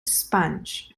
sponge